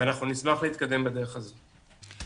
ונשמח להתקדם בדרך הזאת.